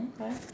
Okay